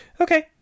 Okay